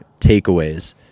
takeaways